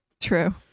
true